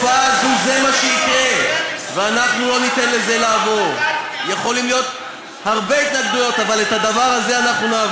הפגיעה הזאת תהיה קשה עוד יותר במפלגות הקטנות.